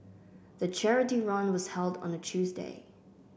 the charity run was held on a Tuesday